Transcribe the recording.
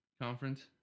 conference